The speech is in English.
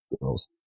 girls